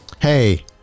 Hey